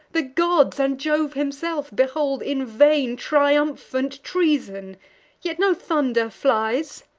the gods, and jove himself, behold in vain triumphant treason yet no thunder flies,